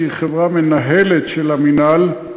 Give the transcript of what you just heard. שהיא חברה מנהלת של המינהל,